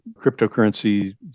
cryptocurrency